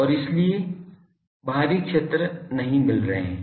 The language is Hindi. और इसीलिए बाहरी क्षेत्र नहीं मिल रहे हैं